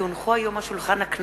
כי הונחו היום על שולחן הכנסת,